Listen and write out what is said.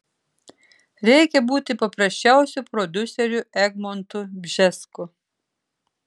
reikia būti paprasčiausiu prodiuseriu egmontu bžesku